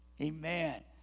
Amen